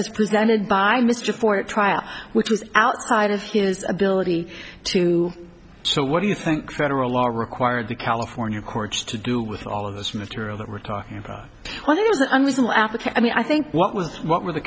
was presented by mr for trial which is outside of his ability to so what do you think federal law required the california courts to do with all of this material that we're talking about when it was under the apple i mean i think what was what were the